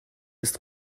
ist